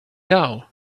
now